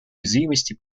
уязвимости